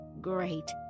Great